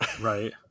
Right